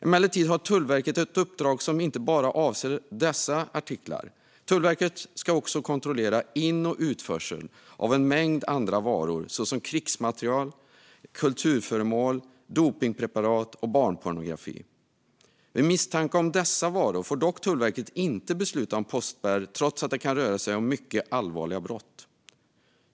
Emellertid har Tullverket ett uppdrag som inte bara avser dessa artiklar. Tullverket ska också kontrollera in och utförsel av en mängd andra varor, såsom krigsmateriel, kulturföremål, dopningspreparat och barnpornografi. Vid misstanke om dessa varor får dock Tullverket inte besluta om postspärr, trots att det kan röra sig om mycket allvarliga brott.